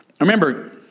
remember